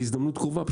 בהזדמנות קרובה,